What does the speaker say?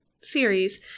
series